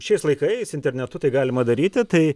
šiais laikais internetu tai galima daryti tai